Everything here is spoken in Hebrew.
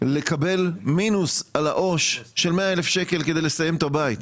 לקבל מינוס על העו"ש של 100,000 שקלים כדי לסיים את הבית.